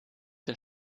der